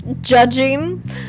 judging